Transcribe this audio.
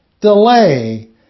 delay